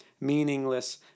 meaningless